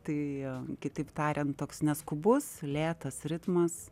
tai kitaip tariant toks neskubus lėtas ritmas